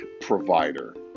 provider